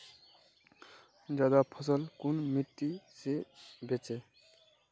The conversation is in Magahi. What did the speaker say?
ज्यादा फसल कुन मिट्टी से बेचे?